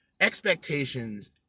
Expectations